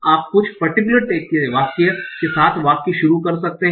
आप कुछ particular tag के साथ वाक्य शुरू कर सकते हैं